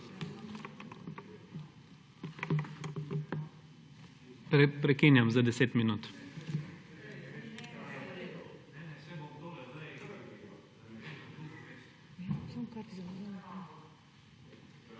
Prekinjam za 10 minut.